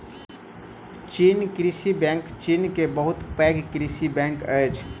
चीन कृषि बैंक चीन के बहुत पैघ कृषि बैंक अछि